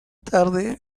tarde